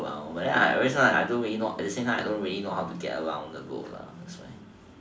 around but I don't really know at the same time I don't really know how to get around the road lah that's why